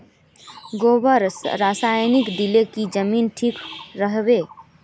गोबर रासायनिक दिले की जमीन ठिक रोहबे?